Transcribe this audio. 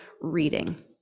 reading